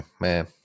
man